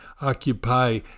occupy